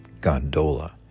gondola